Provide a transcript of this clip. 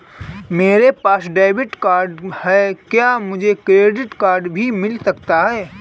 मेरे पास debit card है क्या मुझे क्रेडिट कार्ड भी मिल सकता है?